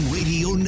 Radio